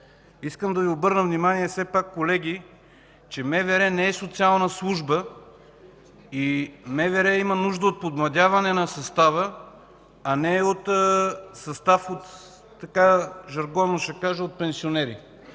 искам да Ви обърна внимание, че МВР не е социална служба и МВР има нужда от подмладяване на състава, а не от състав,